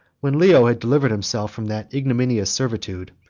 when leo had delivered himself from that ignominious servitude,